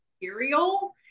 material